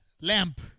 lamp